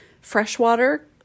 freshwater